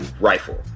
rifle